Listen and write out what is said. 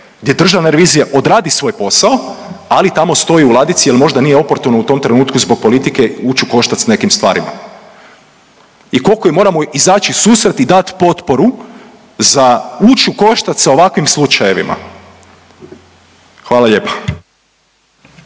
gdje državna revizija odradi svoj posao, ali tamo stoji u ladici jel možda nije oportuno u tom trenutku zbog politike uć u koštac s nekim stvarima i kolko im moramo izać ususret i dat potporu za uć u koštac sa ovakvim slučajevima. Hvala lijepa.